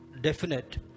definite